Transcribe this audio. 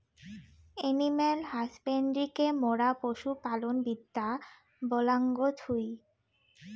animal হাসব্যান্ড্রিকে মোরা পশু পালন বিদ্যা বলাঙ্গ থুই